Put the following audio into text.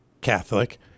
Catholic